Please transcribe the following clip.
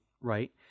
right